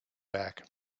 back